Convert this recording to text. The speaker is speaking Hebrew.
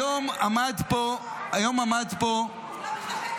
היום עמד פה -- אני לא מכבדת אותם